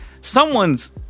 someone's